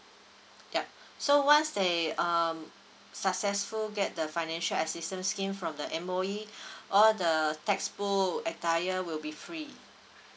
yeah so once they um successful get the financial assistance scheme from the M_O_E all the textbook attire will be free